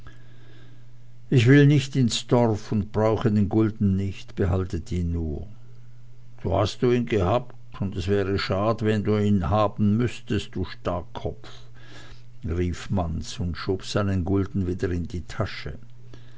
ich will nicht ins dorf und brauche den gulden nicht behaltet ihn nur so hast du ihn gehabt es wäre schad wenn du ihn haben müßtest du starrkopf rief manz und schob seinen gulden wieder in die tasche